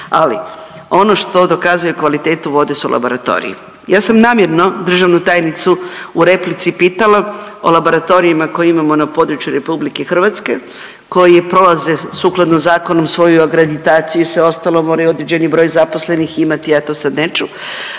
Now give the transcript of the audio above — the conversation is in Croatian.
Ali ono što dokazuje kvalitetu vode su laboratoriji. Ja sam namjerno državnu tajnicu u replici pitala o laboratorijima koja imamo na području RH koji prolaze sukladno zakonom svoju akreditaciju i sve ostalo, moraju određeni broj zaposlenih imati, ja to sad neću,